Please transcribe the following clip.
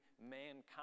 mankind